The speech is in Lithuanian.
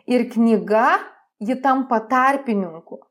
ir knyga ji tampa tarpininku